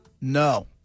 No